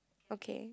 okay